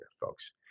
folks